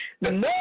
No